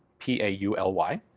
p a u l y,